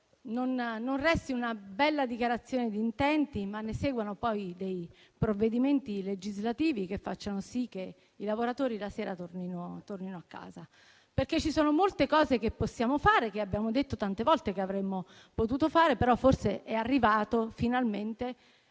non resti una bella dichiarazione di intenti, ma che ne derivino provvedimenti legislativi che facciano sì che i lavoratori la sera tornino a casa. Ci sono molte cose che possiamo fare e abbiamo detto tante volte che avremmo potuto farle, ma forse è arrivato finalmente